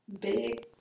Big